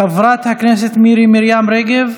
חברת הכנסת מירי מרים רגב,